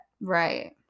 Right